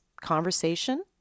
conversation